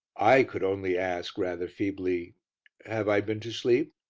i could only ask, rather feebly have i been to sleep?